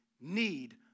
need